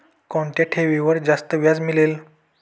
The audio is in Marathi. कोणत्या ठेवीवर जास्त व्याज मिळेल?